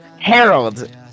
Harold